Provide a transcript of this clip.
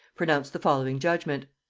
pronounced the following judgement.